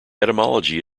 etymology